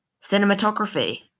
Cinematography